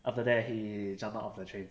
after that he jump out of the train